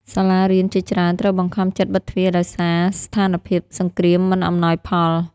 សាលារៀនជាច្រើនត្រូវបង្ខំចិត្តបិទទ្វារដោយសារស្ថានភាពសង្គ្រាមមិនអំណោយផល។